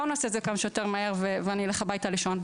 בואו נעשה את זה כמה שיותר מהר ואני אלך הביתה לישון.